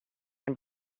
and